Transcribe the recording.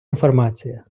інформація